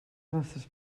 nostres